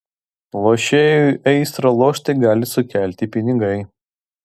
lošėjui aistrą lošti gali sukelti pinigai